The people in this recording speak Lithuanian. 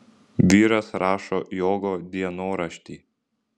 vyras rašo jogo dienoraštį